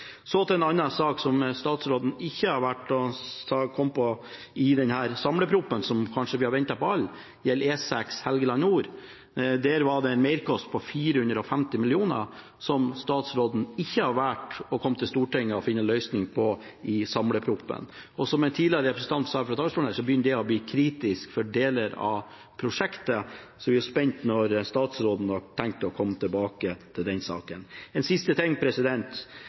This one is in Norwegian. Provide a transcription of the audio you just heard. Så til en annen sak, som ikke har kommet med i denne samleproposisjon, som kanskje vi alle har ventet på: Det gjelder E6 Helgeland nord. Der var det en merkostnad på 450 mill. kr, som statsråden har valgt ikke å komme til Stortinget for å finne en løsning på i samleproposisjonen. Som en representant sa tidligere i dag fra talerstolen, begynner det å bli kritisk for deler av prosjektet. Så vi er spent på når statsråden har tenkt å komme tilbake til den saken. En siste ting: